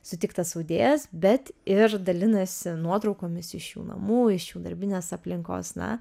sutiktas audėjas bet ir dalinasi nuotraukomis iš jų namų iš jų darbinės aplinkos na